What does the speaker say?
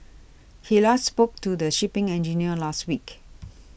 he last spoke to the shipping engineer last week